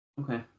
Okay